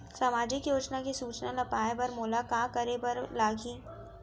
सामाजिक योजना के सूचना ल पाए बर मोला का करे बर लागही?